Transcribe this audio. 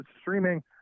streaming